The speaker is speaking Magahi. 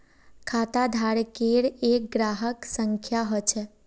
खाताधारकेर एक ग्राहक संख्या ह छ